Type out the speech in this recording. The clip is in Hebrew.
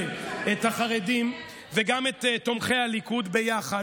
את החרדים וגם את תומכי הליכוד ביחד,